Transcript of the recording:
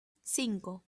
cinco